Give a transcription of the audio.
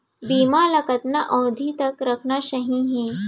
बीमा ल कतना अवधि तक रखना सही हे?